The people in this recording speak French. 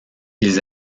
ils